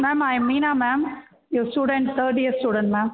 ma'am I'm Meena ma'am your student third year student ma'am